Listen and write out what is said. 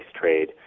trade